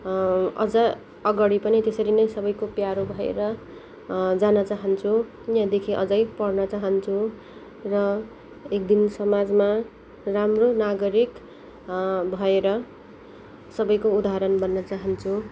अझ अगाडि पनि त्यसरी नै सबैको प्यारो भएर जान चाहन्छु यहाँदेखि अझै पढ्न चाहन्छु र एक दिन समाजमा राम्रो नागरिक भएर सबैको उदाहरण बन्न चाहन्छु